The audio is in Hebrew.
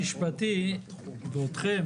האוצר בלשכה המשפטית בלי שיש לו רישיון עריכת